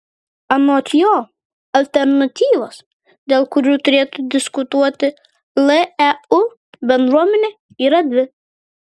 anot jo alternatyvos dėl kurių turėtų diskutuoti leu bendruomenė yra dvi